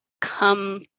come